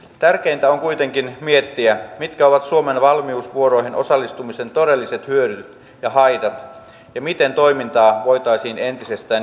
tärkeintä on kuitenkin miettiä mitkä ovat suomen valmiusvuoroihin osallistumisen todelliset hyödyt ja haitat ja miten toimintaa voitaisiin entisestään järkevöittää